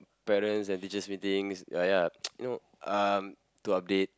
parents and teachers meetings ya ya you know um to update